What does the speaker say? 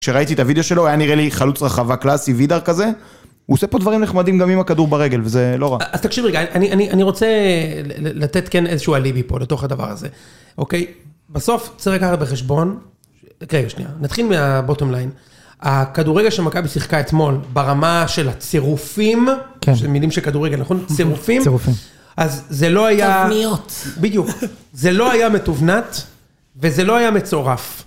כשראיתי את הוידאו שלו, היה נראה לי חלוץ רחבה קלאסי וידאר כזה. הוא עושה פה דברים נחמדים גם עם הכדור ברגל, וזה לא רע. אז תקשיב רגע, אני רוצה לתת כן איזשהו הליבי פה, לתוך הדבר הזה, אוקיי! בסוף, צריך לקחת בחשבון. רגע שנייה, נתחיל מהבוטם ליין. הכדורגל שמכבי שיחקה אתמול, ברמה של הצירופים, שזה מילים של כדורגל, נכון? צירופים. צירופים. אז זה לא היה... תלפיות. בדיוק. זה לא היה מתובנת, וזה לא היה מצורף.